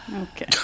Okay